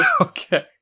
Okay